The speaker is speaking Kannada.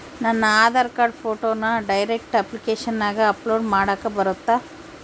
ನನ್ನ ಆಧಾರ್ ಕಾರ್ಡ್ ಫೋಟೋನ ಡೈರೆಕ್ಟ್ ಅಪ್ಲಿಕೇಶನಗ ಅಪ್ಲೋಡ್ ಮಾಡಾಕ ಬರುತ್ತಾ?